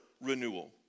renewal